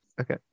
Okay